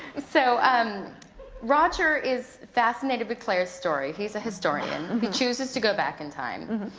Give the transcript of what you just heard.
so um roger is fascinated with claire's story, he's a historian, he chooses to go back in time,